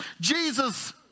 Jesus